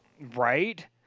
Right